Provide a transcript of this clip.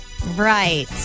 Right